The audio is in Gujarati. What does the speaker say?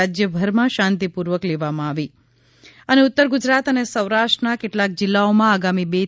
રાજ્યભરમાં શાંતિપૂર્વક લેવામાં આવી ઉત્તર ગુજરાત અને સૌરાષ્ટ્રવના કેટલાંક જિલ્લાઓમાં આગામી બે થી ત્રણ